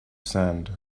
sand